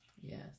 yes